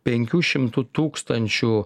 penkių šimtų tūkstančių